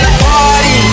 party